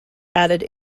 added